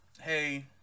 Hey